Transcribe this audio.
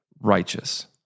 righteous